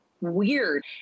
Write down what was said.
weird